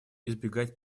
избегать